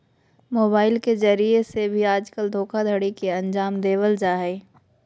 mobile के जरिये से भी आजकल धोखाधडी के अन्जाम देवल जा हय